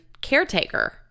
caretaker